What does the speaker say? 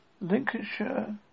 Lincolnshire